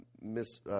Miss